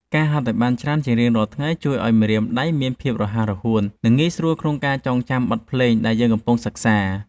ហាត់ឱ្យបានច្រើនជារៀងរាល់ថ្ងៃជួយឱ្យម្រាមដៃមានភាពរហ័សរហួន និងងាយស្រួលក្នុងការចងចាំបទភ្លេងដែលយើងកំពុងសិក្សា។